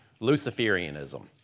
Luciferianism